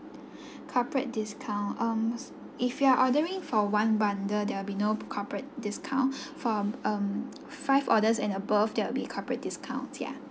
corporate discount um if you're ordering for one bundle there will be no corporate discount from um five orders and above that will be corporate discount ya